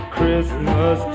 Christmas